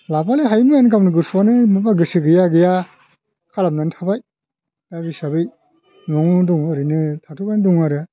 लाबालाय हायोमोन गावनो गथ'आनो माबा गोसो गैया गैया खालामनानै थाबाय दा बे हिसाबै न'आवनो दङ ओरैनो थाथ'नानै दङ आरो